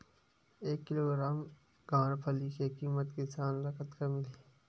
एक किलोग्राम गवारफली के किमत किसान ल कतका मिलही?